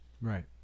Right